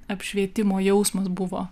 apšvietimo jausmas buvo